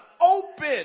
open